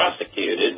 prosecuted